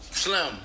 Slim